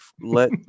let